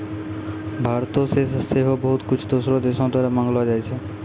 भारतो से सेहो बहुते कुछु दोसरो देशो द्वारा मंगैलो जाय छै